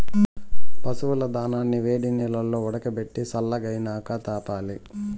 పశువుల దానాని వేడినీల్లో ఉడకబెట్టి సల్లగైనాక తాపాలి